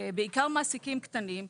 בעיקר מעסיקים קטנים,